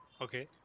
Okay